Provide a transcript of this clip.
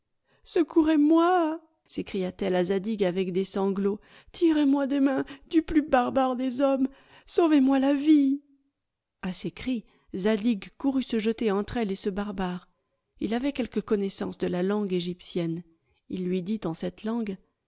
secourez-moi s'écria-t-elle à zadig avec des sanglots tirez moi des mains du plus barbare des hommes sauvez-moi la vie a ces cris zadig courut se jeter entre elle et ce barbare il avait quelque connaissance de la langue égyptienne il lui dit en cette langue